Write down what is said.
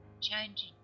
changing